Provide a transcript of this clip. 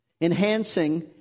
enhancing